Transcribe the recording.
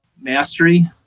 mastery